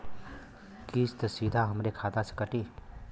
किस्त सीधा हमरे खाता से कटी?